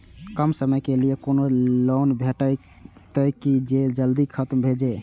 कम समय के लीये कोनो लोन भेटतै की जे जल्दी खत्म भे जे?